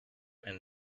and